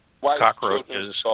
Cockroaches